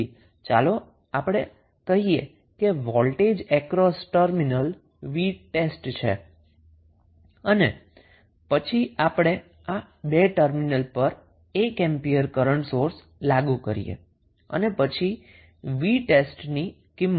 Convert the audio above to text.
તેથી ચાલો આપણે કહીએ કે ટર્મિનલની અક્રોસમા વોલ્ટેજ 𝑣𝑡𝑒𝑠𝑡 છે અને આપણે આ 2 ટર્મિનલ પર 1 એમ્પીયર કરન્ટ સોર્સ લાગુ કરી અને પછી 𝑣𝑡𝑒𝑠𝑡 ની કિંમત શોધીએ છીએ